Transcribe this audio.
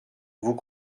vous